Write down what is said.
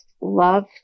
love